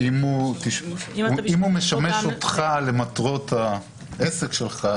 אם הוא משמש אותך למטרות העסק שלך,